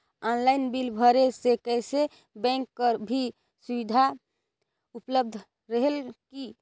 Online bill भरे से कइसे बैंक कर भी सुविधा उपलब्ध रेहेल की?